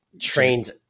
trains